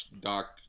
Doc